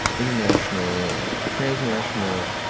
international or transnational,